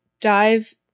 dive